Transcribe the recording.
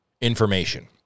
information